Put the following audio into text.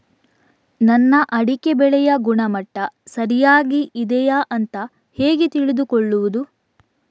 ನನ್ನ ಅಡಿಕೆ ಬೆಳೆಯ ಗುಣಮಟ್ಟ ಸರಿಯಾಗಿ ಇದೆಯಾ ಅಂತ ಹೇಗೆ ತಿಳಿದುಕೊಳ್ಳುವುದು?